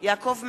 יעקב מרגי,